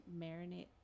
marinate